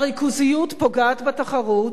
הריכוזיות פוגעת בתחרות,